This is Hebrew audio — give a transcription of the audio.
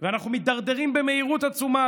ואנחנו מידרדרים במהירות עצומה,